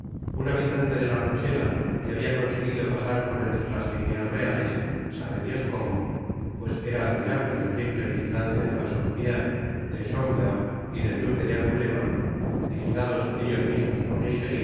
un habitante de la rochela que habia conseguido pasar por entre las lineas reales sabe dios como pues era admirable la triple vijilancia de bassompierre de schomberg y del duque de angulema vijilados ellos mismos por